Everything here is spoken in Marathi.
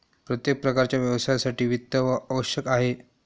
प्रत्येक प्रकारच्या व्यवसायासाठी वित्त आवश्यक आहे